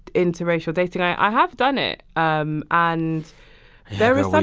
interracial dating, i have done it. um and there is some.